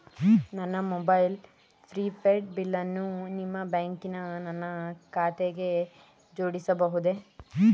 ನನ್ನ mobile prepaid ಬಿಲ್ಲನ್ನು ನಿಮ್ಮ ಬ್ಯಾಂಕಿನ ನನ್ನ ಖಾತೆಗೆ ಜೋಡಿಸಬಹುದೇ?